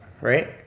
right